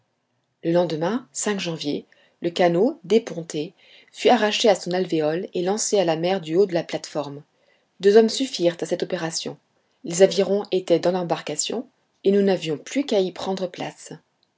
le lendemain janvier le canot déponté fut arraché de son alvéole et lancé à la mer du haut de la plate-forme deux hommes suffirent à cette opération les avirons étaient dans l'embarcation et nous n'avions plus qu'à y prendre place